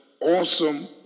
awesome